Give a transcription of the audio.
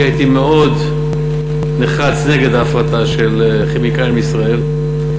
הייתי מאוד נחרץ נגד ההפרטה של "כימיקלים לישראל".